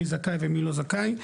מי זכאי ומי לא זכאי,